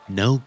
no